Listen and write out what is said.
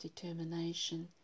determination